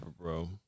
bro